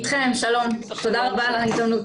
שלום, תודה רבה על ההזדמנות.